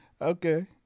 Okay